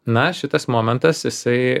na šitas momentas jisai